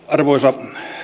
arvoisa